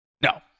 No